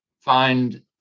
find